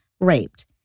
raped